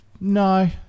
no